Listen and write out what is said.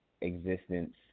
existence